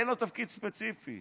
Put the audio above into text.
אין לו תפקיד ספציפי.